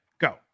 Go